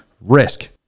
risk